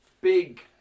big